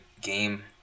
game